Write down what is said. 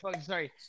sorry